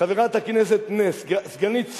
חברת הכנסת נס, סגנית שר,